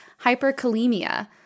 hyperkalemia